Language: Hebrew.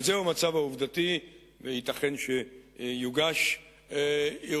אבל זהו המצב העובדתי, וייתכן שיוגש ערעור.